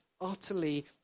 utterly